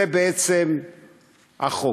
זה בעצם החוק,